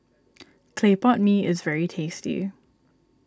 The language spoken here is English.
Clay Pot Mee is very tasty